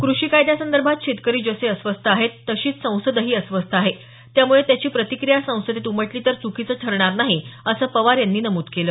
कृषी कायद्यासंदर्भात शेतकरी जसे अस्वस्थ आहेत तशीच संसदही अस्वस्थ आहे त्यामुळे त्याची प्रतिक्रिया संसदेत उमटली तर चुकीचं ठरणार नाही असं पवार यांनी नमूद केलं